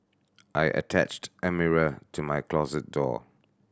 I attached a mirror to my closet door